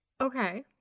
Okay